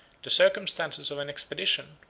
the circumstances of an expedition,